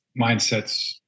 mindsets